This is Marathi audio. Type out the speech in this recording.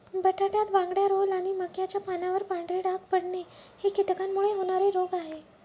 बटाट्यात बांगड्या रोग आणि मक्याच्या पानावर पांढरे डाग पडणे हे कीटकांमुळे होणारे रोग आहे